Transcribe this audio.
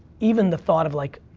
even the thought of like,